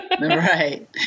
Right